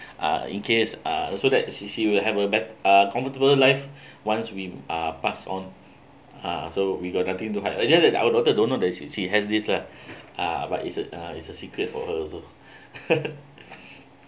uh in case uh so that she she will have a bet~ uh comfortable life once we are passed on uh so we got nothing to hide our daughter don't that she she has this lah but it's a it's a secret for her also